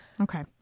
Okay